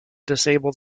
disable